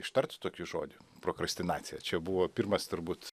ištart tokį žodį prokrastinacija čia buvo pirmas turbūt